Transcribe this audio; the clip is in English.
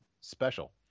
special